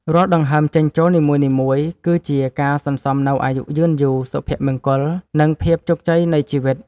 រាល់ដង្ហើមចេញចូលនីមួយៗ គឺជាការសន្សំនូវអាយុយឺនយូរ សុភមង្គល និងភាពជោគជ័យនៃជីវិត។